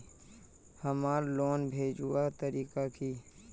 हमार लोन भेजुआ तारीख की?